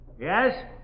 Yes